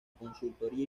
consultoría